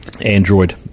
Android